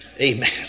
Amen